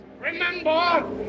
Remember